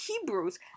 Hebrews